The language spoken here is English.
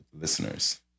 Listeners